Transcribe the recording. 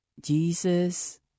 Jesus